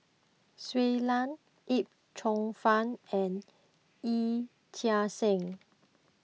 Shui Lan Yip Cheong Fun and Yee Chia Hsing